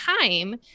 time